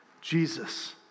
Jesus